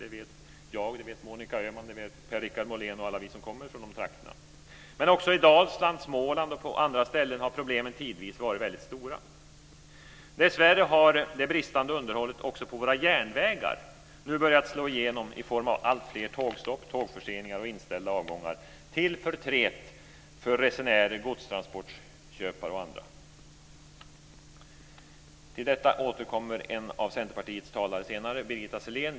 Det vet jag, Monica Öhman, Per-Richard Molén och alla vi som kommer från de trakterna. Men också i Dalsland, Småland och på andra ställen har problemen tidvis varit stora. Dessvärre har det bristande underhållet också på våra järnvägar nu börjat slå igenom i form av alltfler tågstopp, tågförseningar och inställda avgångar, till förtret för resenärer, godstransportköpare och andra. Till detta återkommer en av Centerpartiets talare senare, nämligen Birgitta Sellén.